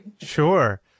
Sure